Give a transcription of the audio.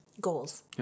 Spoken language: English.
goals